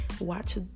Watch